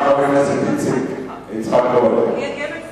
וגם חבר הכנסת יצחק כהן,